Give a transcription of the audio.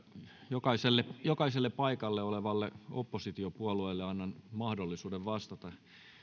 jokaiselle jokaiselle paikalla olevalle oppositiopuolueelle annan mahdollisuuden vastata